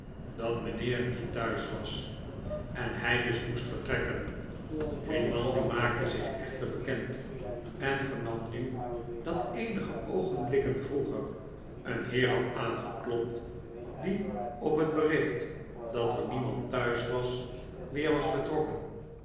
dat mh'nheer niet thuis was en hij dus moest vertrekken grimaldi maakte zich echter bekend en vernam nu dat eenige oogenblikken vroeger een heer had aangeklopt die op het bericht dat er niemand thuis was weer was vertrokken